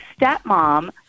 stepmom